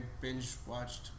binge-watched